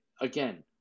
again